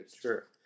Sure